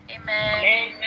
Amen